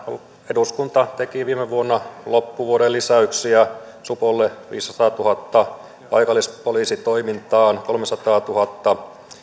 eduskunta teki viime vuonna loppuvuoden lisäyksiä niin että supolle tuli viisisataatuhatta paikallispoliisin toimintaan kolmesataatuhatta